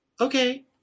okay